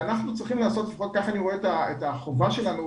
אני רואה את החובה שלנו,